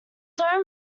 slow